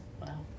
Wow